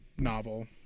Novel